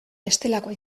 bestelakoa